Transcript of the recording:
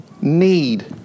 need